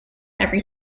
every